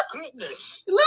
goodness